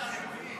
בסדר, אני מבין.